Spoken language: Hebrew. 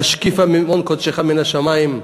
"השקיפה ממעון קדשך, מן השמים,